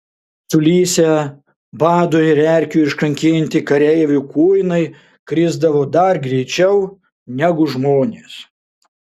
sulysę bado ir erkių iškankinti kareivių kuinai krisdavo dar greičiau negu žmonės